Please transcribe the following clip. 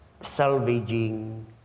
salvaging